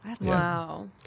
Wow